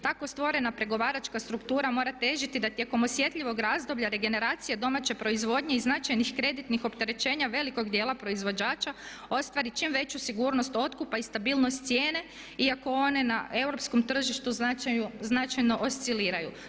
Tako stvorena pregovaračka struktura mora težiti da tijekom osjetljivog razdoblja regeneracija domaće proizvodnje i značajnih kreditnih opterećenja velikog dijela proizvođača ostvari čim veću sigurnost otkupa i stabilnost cijene iako one na europskom tržištu značajno osciliraju.